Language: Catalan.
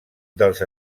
dels